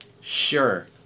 Sure